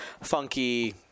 funky